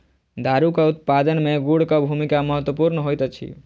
दारूक उत्पादन मे गुड़क भूमिका महत्वपूर्ण होइत अछि